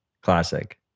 Classic